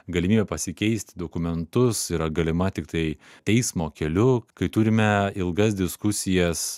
galimybė pasikeisti dokumentus yra galima tiktai teismo keliu kai turime ilgas diskusijas